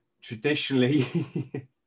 traditionally